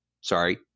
Sorry